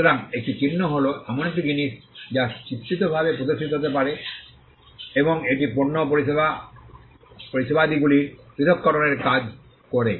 সুতরাং একটি চিহ্ন হল এমন একটি জিনিস যা চিত্রিতভাবে প্রদর্শিত হতে পারে এবং এটি পণ্য ও পরিষেবাদিগুলির পৃথককরণের কাজ করে